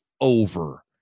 over